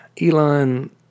Elon